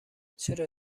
چرا